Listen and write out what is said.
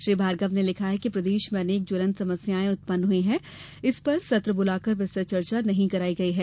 श्री भार्गव ने लिखा है कि प्रदेश में अनेक ज्वलंत समस्याएं उत्पन्न हुईं हैं इन पर सत्र बुलाकर विस्तृत चर्चा नहीं कराई गई है